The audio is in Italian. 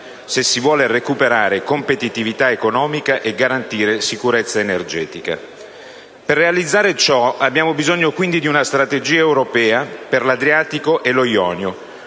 se si vuole recuperare competitività economica e garantire sicurezza energetica. Per realizzare ciò, abbiamo bisogno quindi di una strategia europea per l'Adriatico e lo Ionio,